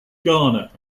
ghana